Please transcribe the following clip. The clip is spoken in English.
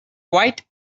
quite